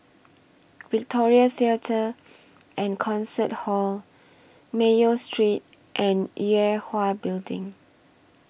Victoria Theatre and Concert Hall Mayo Street and Yue Hwa Building